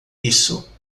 isso